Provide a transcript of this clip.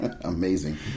Amazing